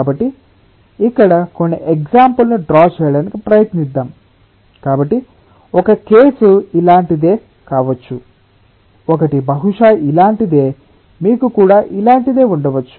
కాబట్టి ఇక్కడ కొన్ని ఎగ్సాంపుల్ ను డ్రా చేయడానికి ప్రయత్నిద్దాం కాబట్టి ఒక కేసు ఇలాంటిదే కావచ్చు ఒకటి బహుశా ఇలాంటిదే మీకు కూడా ఇలాంటిదే ఉండవచ్చు